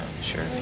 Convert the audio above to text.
sure